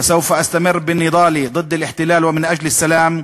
ואמשיך במאבקי נגד הכיבוש ולמען השלום,